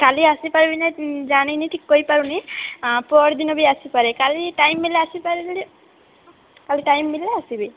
କାଲି ଆସି ପାରିବି କି ନାହିଁ ଜାଣିନି କି କହିପାରୁନି ପହରଦିନ ବି ଆସିପାରେ କାଲି ଟାଇମ୍ ମିଳିଲେ ଆସିପରିବି ଯେ କାଲି ଟାଇମ୍ ମିଳିଲେ ଆସିବି